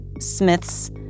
Smith's